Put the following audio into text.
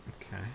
Okay